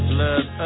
Blood